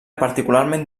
particularment